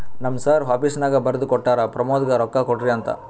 ನಮ್ ಸರ್ ಆಫೀಸ್ನಾಗ್ ಬರ್ದು ಕೊಟ್ಟಾರ, ಪ್ರಮೋದ್ಗ ರೊಕ್ಕಾ ಕೊಡ್ರಿ ಅಂತ್